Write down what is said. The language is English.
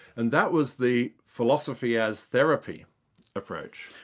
and that was the philosophy as therapy approach.